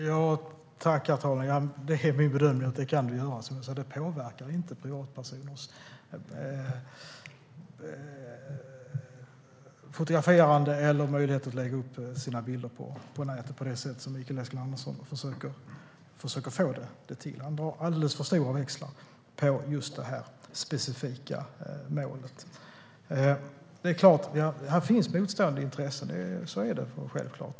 Herr talman! Min bedömning är att du kan göra det. Det påverkar inte privatpersoners fotograferande eller möjlighet att lägga upp sina bilder på nätet på det sätt som Mikael Eskilandersson försöker få det till. Han drar alldeles för stora växlar på detta specifika mål. Här finns motstående intressen. Så är det självklart.